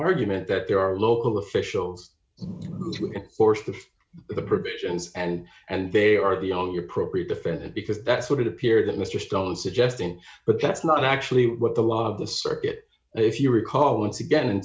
argument that there are local officials who can force the provisions and and they are beyond your propre defendant because that's what it appeared that mr stone suggesting but that's not actually what the law of the circuit if you recall once again in